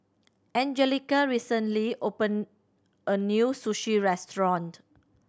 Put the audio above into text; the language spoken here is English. Anjelica recently opened a new Sushi Restaurant